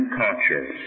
culture